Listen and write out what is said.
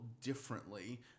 differently